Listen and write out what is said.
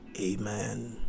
Amen